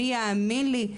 מי יאמין לי.